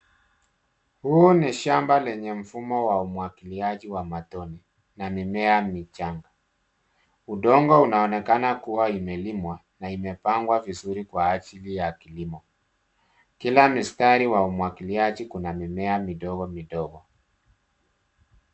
Huu ni shamba lenye mfumo wa umwagiliaji wa matone na mimea michanga. Udongo unaonekana kuwa imelimwa na imepangwa vizuri kwa ajili ya kilimo. Kila mistari wa umwagiliaji kuna mimea midogo, midogo.